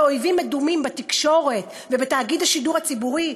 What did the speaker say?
אויבים מדומים בתקשורת ובתאגיד השידור הציבורי,